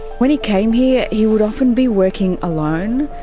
when he came here, he would often be working alone.